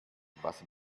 was